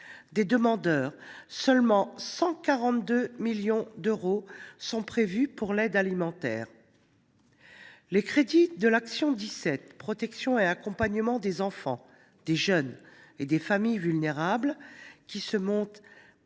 de demandeurs, seulement 142 millions d’euros sont prévus pour l’aide alimentaire. Les crédits de l’action 17 « Protection et accompagnement des enfants, des jeunes et des familles vulnérables », qui se montent